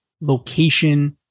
location